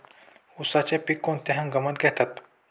उसाचे पीक कोणत्या हंगामात घेतात?